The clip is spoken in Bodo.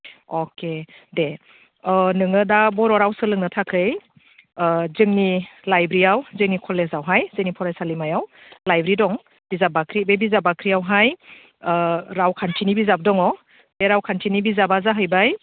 अके दे अ नोङो दा बर' राव सोलोंनो थाखाय जोंनि लाइब्रेरियाव जोंनि कलेजावहाय जोंनि फरायसालिमायाव लाइब्रेरि दं बिजाब बाख्रि बे बिजाब बाख्रियावहाय रावखान्थिनि बिजाब दङ बे राव खान्थिनि बिजाबा जाहैबाय